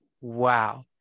wow